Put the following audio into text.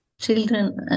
children